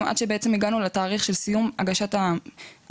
עד שבעצם הגענו לתאריך של סיום הגשת הערעורים.